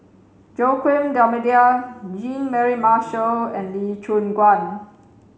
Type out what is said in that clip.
Joaquim D'almeida Jean Mary Marshall and Lee Choon Guan